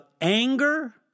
anger